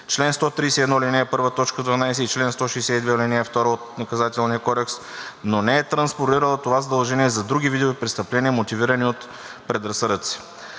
чл. 131, ал. 1, т. 12 и чл. 162, ал. 2 от Наказателния кодекс, но не е транспонирала това задължение за други видове престъпления, мотивирани от предразсъдъци“.